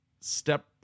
step